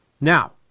Now